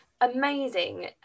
amazing